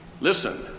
Listen